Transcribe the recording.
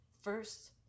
first